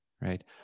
right